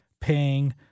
paying